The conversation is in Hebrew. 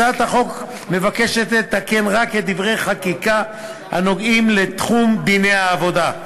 הצעת החוק מבקשת לתקן רק דברי חקיקה הנוגעים לתחום דיני העבודה.